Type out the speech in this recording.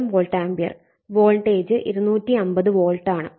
voltage 250 വോൾട്ടാണ്